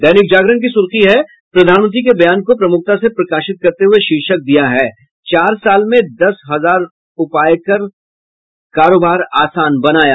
दैनिक जागरण ने प्रधानमंत्री के बयान को प्रमुखता से प्रकाशित करते हुये शीर्षक दिया है चार साल में दस हजार उपाय कर कारोबार आसान बनाया